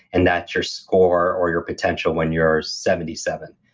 and that's your score or your potential when you're seventy seven.